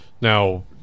Now